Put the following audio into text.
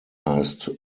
heißt